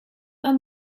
man